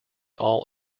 all